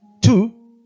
two